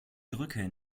drücke